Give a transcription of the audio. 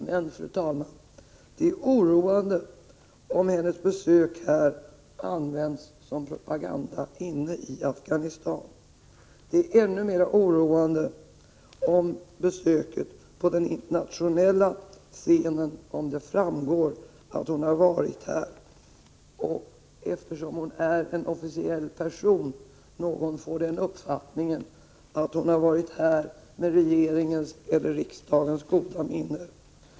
Men, fru talman, det är oroande om hennes besök här används som propaganda inne i Afghanistan. Och det är ännu mer oroande om någon genom hennes besök här på den internationella scenen får uppfattningen — eftersom hon är en officiell person — att hon varit här med regeringens eller riksdagens goda minne.